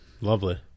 Lovely